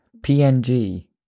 PNG